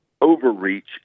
overreach